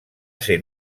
ser